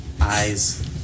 eyes